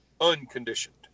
unconditioned